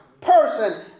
person